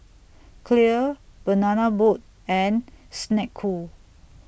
Clear Banana Boat and Snek Ku